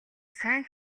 сайн